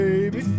Baby